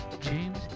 James